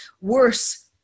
worse